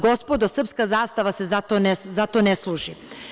Gospodo, srpska zastava za to ne služi.